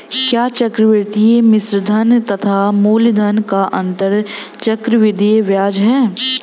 क्या चक्रवर्ती मिश्रधन तथा मूलधन का अंतर चक्रवृद्धि ब्याज है?